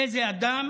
איזה אדם,